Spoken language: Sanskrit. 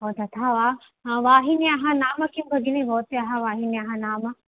ओ तथा वा वाहिन्याः नाम किं भगिनी भवत्याः वाहिन्याः नाम